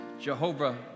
Jehovah